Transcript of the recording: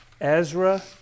Ezra